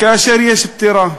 כאשר יש פטירה,